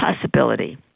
possibility